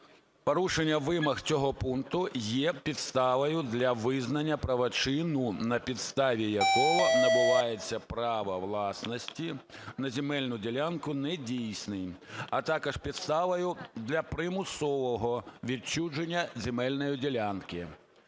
"Порушення вимог цього пункту є підставою для визнання правочину, на підставі якого набувається право власності на земельну ділянку недійсним, а також підставою для примусового відчуження земельної ділянки".